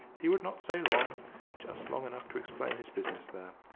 he would not stay long just long enough to explain his business there,